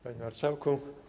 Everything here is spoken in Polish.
Panie Marszałku!